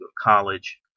college